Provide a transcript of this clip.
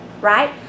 right